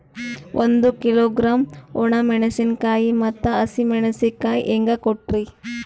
ಒಂದ ಕಿಲೋಗ್ರಾಂ, ಒಣ ಮೇಣಶೀಕಾಯಿ ಮತ್ತ ಹಸಿ ಮೇಣಶೀಕಾಯಿ ಹೆಂಗ ಕೊಟ್ರಿ?